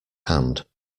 hand